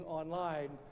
online